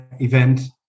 event